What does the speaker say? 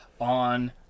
on